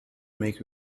make